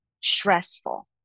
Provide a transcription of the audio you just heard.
stressful